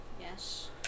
Yes